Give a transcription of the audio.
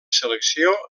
selecció